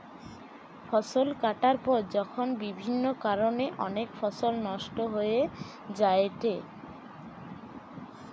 ফসল কাটার পর যখন বিভিন্ন কারণে অনেক ফসল নষ্ট হয়ে যায়েটে